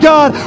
God